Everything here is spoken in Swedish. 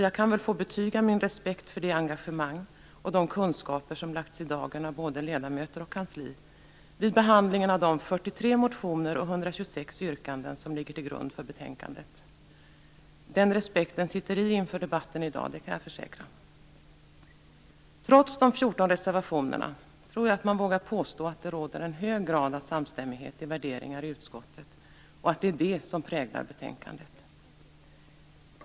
Jag kan väl få betyga min respekt för det engagemang och de kunskaper som lagts i dagen av både ledamöter och kansli vid behandlingen av de 43 motioner och 126 yrkanden som ligger till grund för betänkandet. Den respekten sitter i inför debatten i dag. Det kan jag försäkra. Trots de 14 reservationerna tror jag att man vågar påstå att det råder en hög grad av samstämmighet vad gäller värderingar i utskottet, och att det är det som präglar betänkandet.